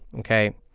ok,